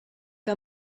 que